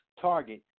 target